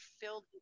filled